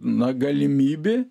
na galimybė